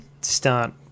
start